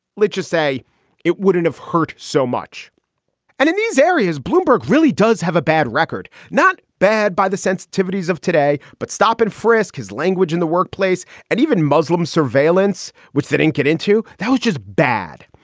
let's just say it wouldn't have hurt so much and in these areas. bloomberg really does have a bad record. not bad by the sensitivities of today. but stop and frisk his language in the workplace and even muslim surveillance, which didn't get into that, was just bad.